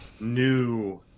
new